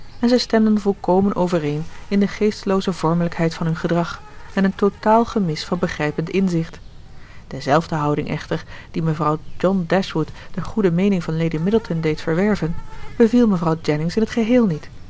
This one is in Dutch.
en zij stemden volkomen overeen in de geestelooze vormelijkheid van hun gedrag en een totaal gemis van begrijpend inzicht dezelfde houding echter die mevrouw john dashwood de goede meening van lady middleton deed verwerven beviel mevrouw jennings in t geheel niet